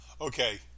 Okay